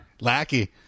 Lackey